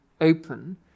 open